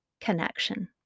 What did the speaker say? Connection